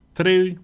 Today